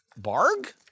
barg